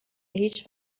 هیچ